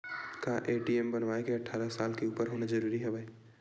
का ए.टी.एम बनवाय बर अट्ठारह साल के उपर होना जरूरी हवय?